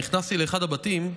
נכנסתי לאחד הבתים,